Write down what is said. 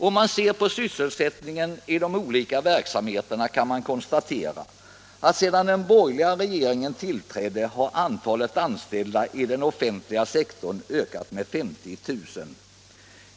Ser man på sysselsättningen inom de olika verksamhetsgrenarna kan man konstatera att sedan den borgerliga regeringen tillträdde har antalet anställda inom den offentliga sektorn ökat med 50 000.